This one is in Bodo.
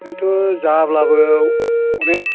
खिन्थु जाब्लाबो अनेक